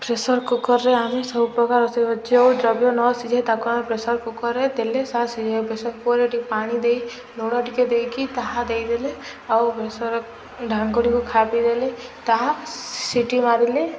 pressure କୁକର୍ରେ ଆମେ ସବୁ ପ୍ରକାର ରୋଷେଇ ଆଉ ଦ୍ରବ୍ୟ ନ ସିଝେଇ ତାକୁ ଆମେ ପ୍ରେସର୍ କୁକର୍ରେ ଦେଲେ ତାହା ସିଝା ପ୍ରେସର୍ କୁକର୍ରେ ଟିକେ ପାଣି ଦେଇ ଲୁଣ ଟିକେ ଦେଇକି ତାହା ଦେଇଦେଲେ ଆଉ ପ୍ରେସର୍ ଢାଙ୍କୁଣୀକୁ ଖାପିଦେଲେ ତାହା ସିଟି ମାରିଲେ